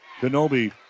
Kenobi